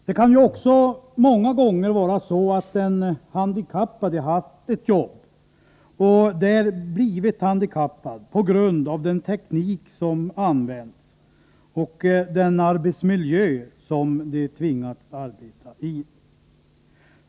Det kan också många gånger vara så att den handikappade har haft ett arbete och därvid blivit handikappad på grund av den teknik som använts och den arbetsmiljö som han tvingats arbeta i.